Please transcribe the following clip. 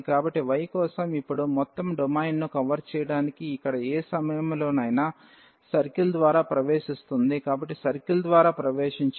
కాబట్టి y కోసం ఇప్పుడు మొత్తం డొమైన్ను కవర్ చేయడానికి ఇక్కడ ఏ సమయంలోనైనా సర్కిల్ ద్వారా ప్రవేశిస్తోంది కాబట్టి సర్కిల్ ద్వారా ప్రవేశించడం